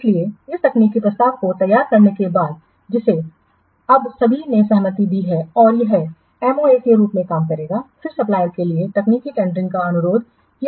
इसलिए इस तकनीकी प्रस्ताव को तैयार करने के बाद जिसे अब सभी ने सहमति दी है और यह एमओए के रूप में काम करेगा फिर सप्लायर के लिए तकनीकी टेंडरिंग का अनुरोध किया जाएगा